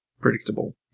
predictable